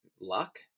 Luck